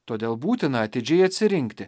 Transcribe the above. todėl būtina atidžiai atsirinkti